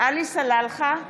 עלי סלאלחה,